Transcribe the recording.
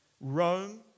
Rome